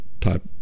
type